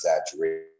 exaggeration